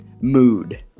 mood